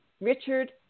Richard